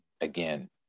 again